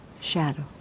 shadow